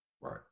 Right